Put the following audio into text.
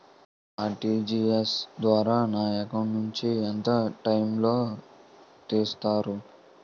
నేను ఆ.ర్టి.జి.ఎస్ ద్వారా నా అకౌంట్ నుంచి ఎంత టైం లో నన్ను తిసేస్తారు?